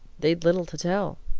they'd little to tell,